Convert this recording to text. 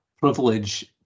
privilege